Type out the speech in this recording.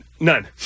None